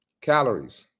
calories